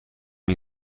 این